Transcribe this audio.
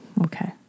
Okay